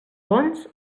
bons